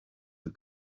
the